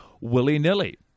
willy-nilly